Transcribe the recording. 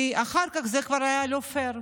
כי אחר כך זה כבר היה לא פייר.